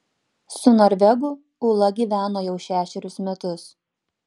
su norvegu ūla gyveno jau šešerius metus